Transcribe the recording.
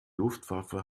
luftwaffe